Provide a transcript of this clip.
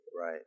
Right